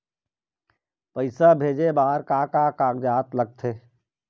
पैसा भेजे बार का का कागजात लगथे?